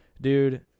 dude